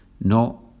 No